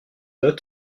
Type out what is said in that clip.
dot